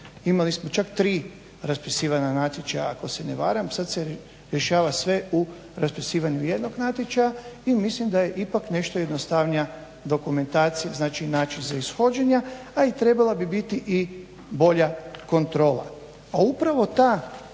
Imali smo čak tri raspisivana natječaja ako se ne varam, sad se rješava sve u raspisivanju jednog natječaja i mislim da je ipak nešto jednostavnija dokumentacija, znači način ishođenja a i trebala bi biti i bolja kontrola.